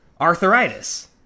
arthritis